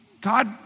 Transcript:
God